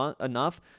enough